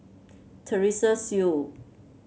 Teresa Hsu